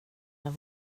jag